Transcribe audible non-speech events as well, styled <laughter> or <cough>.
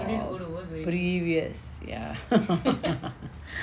oh previous ya <laughs>